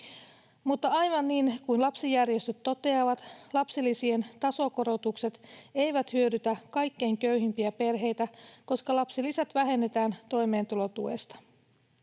Mutta aivan niin kuin lapsijärjestöt toteavat, lapsilisien tasokorotukset eivät hyödytä kaikkein köyhimpiä perheitä, koska lapsilisät vähennetään toimeentulotuesta.